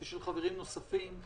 וחברים נוספים,